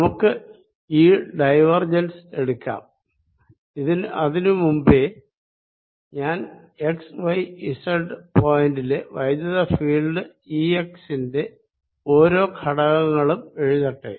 നമുക്ക് ഈ ഡൈവർജൻസ് എടുക്കാം അതിനു മുൻപേ ഞാൻ എക്സ്വൈസെഡ് പോയിന്റ് ലെ ഇലക്ട്രിക്ക് ഫീൽഡ് ഈഎക്സ് ന്റെ ഓരോ ഘടകങ്ങളും എഴുതട്ടെ